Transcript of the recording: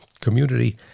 community